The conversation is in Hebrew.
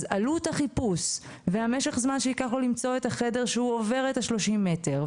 אז עלות החיפוש ומשך הזמן שייקח לו למצוא את החדר שעובר את ה-30 מטרים,